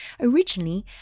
originally